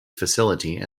facility